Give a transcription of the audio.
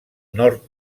nord